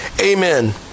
amen